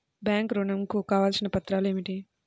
Bank ఋణం కు కావలసిన పత్రాలు ఏమిటి?